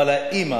אבל האמא